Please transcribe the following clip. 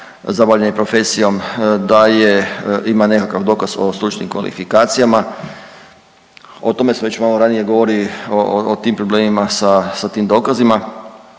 za obavljanje profesijom, da je ima nekakav dokaz o stručnim kvalifikacijama. O tome se već malo ranije govori o tim problemima sa tim dokazima.